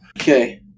Okay